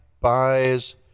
buys